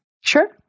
Sure